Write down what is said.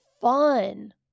fun